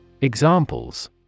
Examples